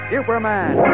Superman